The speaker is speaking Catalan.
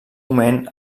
moment